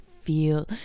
feel